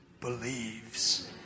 believes